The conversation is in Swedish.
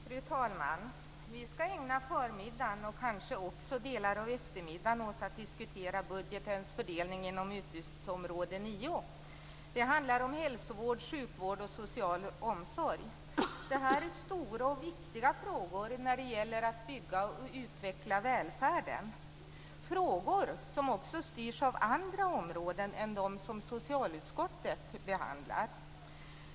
Fru talman! Vi ska ägna förmiddagen och kanske också delar av eftermiddagen åt att diskutera budgetens fördelning inom utgiftsområde 9. Det handlar om hälsovård, sjukvård och social omsorg. Det här är stora och viktiga frågor när det gäller att bygga och utveckla välfärden, frågor som också styrs av andra områden än de som socialutskottet behandlar.